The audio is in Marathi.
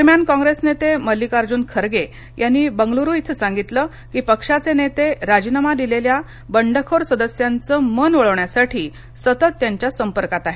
दरम्यान काँग्रेस नेते मल्लिकार्जून खर्गे यांनी बंगलुरु इथं सांगितलं की पक्षाचे नेते राजिनामा दिलेल्या बंडखोर सदस्यांचं मन वळविण्यासाठी सतत त्यांच्या संपर्कात आहेत